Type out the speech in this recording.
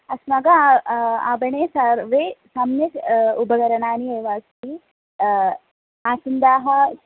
अस्माकम् आपणे सर्वे सम्यक् उपकरणानि एव अस्ति आसन्दाः